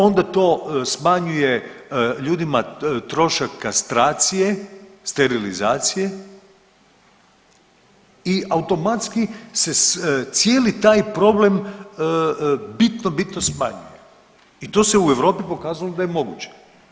Onda to smanjuje ljudima trošak kastracije , sterilizacije i automatski se cijeli taj problem bitno, bitno smanjuje i to se u Europi pokazalo da je moguće.